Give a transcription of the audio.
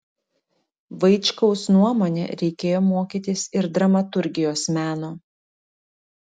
vaičkaus nuomone reikėjo mokytis ir dramaturgijos meno